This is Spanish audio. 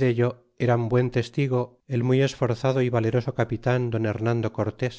dello eran buen testigo el muy esforzado é valeroso capitan don remando cortés